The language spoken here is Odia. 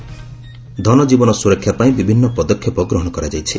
ଧନଜୀବନ ସୁରକ୍ଷା ପାଇଁ ବିଭିନ୍ନ ପଦକ୍ଷେପ ଗ୍ରହଣ କରାଯାଇଛି